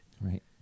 Right